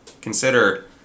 Consider